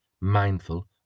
mindful